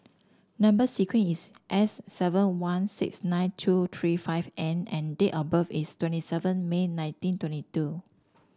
number sequence is S seven one six nine two three five N and date of birth is twenty seven May nineteen twenty two